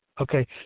okay